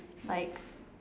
like